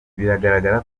biragaragara